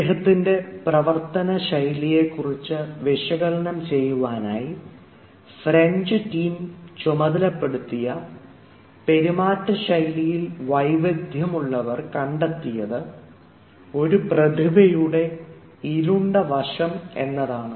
അദ്ദേഹത്തിൻറെ പ്രവർത്തന ശൈലിയെ കുറിച്ച് വിശകലനം ചെയ്യുവാനായി ഫ്രഞ്ച് ടിം ചുമതലപ്പെടുത്തിയ പെരുമാറ്റ ശൈലിയിൽ വൈദഗ്ധ്യമുള്ളവർ കണ്ടെത്തിയത് ഒരു പ്രതിഭയുടെ ഇരുണ്ട വശം എന്നതാണ്